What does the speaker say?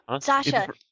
Sasha